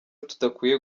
tudakwiye